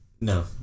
No